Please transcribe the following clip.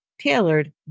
tailored